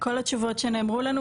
כל התשובות שנאמרו לנו,